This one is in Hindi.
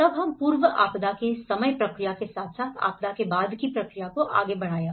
तब हम पूर्व आपदा की समय प्रक्रिया के साथ साथ आपदा के बाद की प्रक्रिया को आगे बढ़ाया